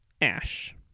Ash